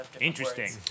Interesting